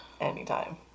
anytime